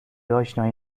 آشنایی